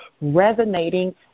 resonating